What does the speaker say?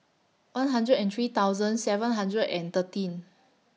one hundred and three thousand seven hundred and thirteen